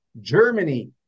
Germany